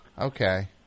okay